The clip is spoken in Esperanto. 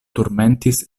turmentis